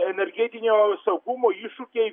energetinio saugumo iššūkiai